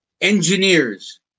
engineers